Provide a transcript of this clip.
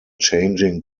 changing